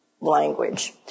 language